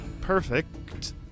perfect